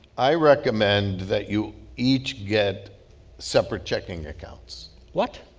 i recommend that you each get separate checking accounts what?